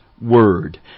word